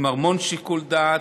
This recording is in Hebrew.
עם המון שיקול דעת,